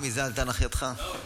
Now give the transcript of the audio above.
"מזה ומזה אל תנח ידך." לא,